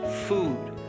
food